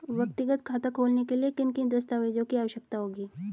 व्यक्तिगत खाता खोलने के लिए किन किन दस्तावेज़ों की आवश्यकता होगी?